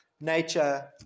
nature